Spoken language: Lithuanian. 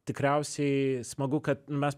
tikriausiai smagu kad mes